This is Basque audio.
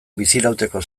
bizirauteko